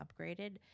upgraded